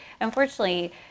unfortunately